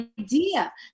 idea